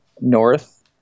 North